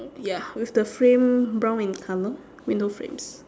ya with the frame brown in colour window frames